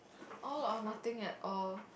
oh or nothing at all